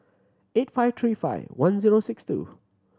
eight five three five one zero six two